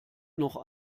noch